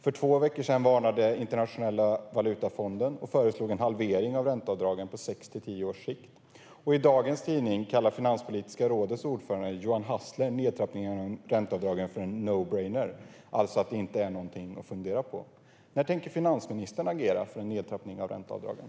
För två veckor sedan varnade Internationella valutafonden och föreslog en halvering av ränteavdragen på sex till tio års sikt. I dagens tidning kallar Finanspolitiska rådets ordförande John Hassler nedtrappningen av ränteavdragen en "no-brainer", alltså att det inte är något att fundera på. När tänker finansministern agera för en nedtrappning av ränteavdragen?